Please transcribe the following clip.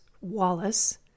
Wallace